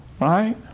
Right